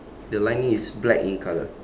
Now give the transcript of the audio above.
the lining is black in colour